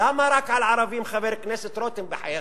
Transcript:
למה רק על ערבים, חבר הכנסת רותם, בחייך,